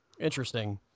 Interesting